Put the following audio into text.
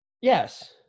Yes